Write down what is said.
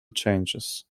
changes